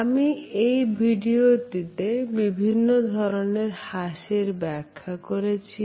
আমি এই ভিডিওতে বিভিন্ন ধরনের হাসির ব্যাখ্যা করেছি